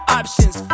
options